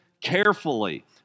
carefully